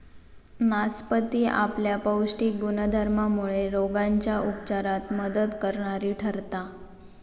नासपती आपल्या पौष्टिक गुणधर्मामुळे रोगांच्या उपचारात मदत करणारी ठरता